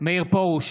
מאיר פרוש,